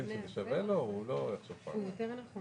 שאנחנו נמצאים שנתיים --- זו בדיוק הייתה השאלה.